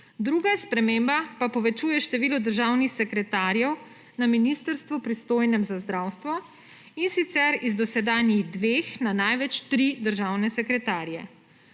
Druga sprememba pa povečuje število državnih sekretarjev na ministrstvu, pristojnem za zdravstvo, in sicer z dosedanjih dveh na največ tri državne sekretarje.